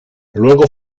luego